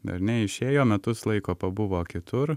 ar ne išėjo metus laiko pabuvo kitur